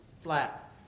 flat